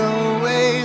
away